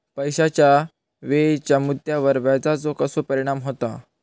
पैशाच्या वेळेच्या मुद्द्यावर व्याजाचो कसो परिणाम होता